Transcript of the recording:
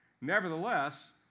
Nevertheless